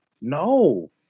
No